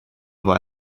war